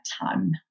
Time